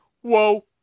whoa